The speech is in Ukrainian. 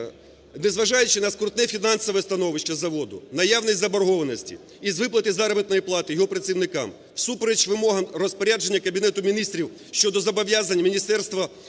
Незважаючи на скрутне фінансове становище заводу, наявність заборгованості із виплати заробітної плати його працівникам, всупереч вимогам розпорядження Кабінету Міністрів щодо зобов'язань міністерства